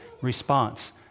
response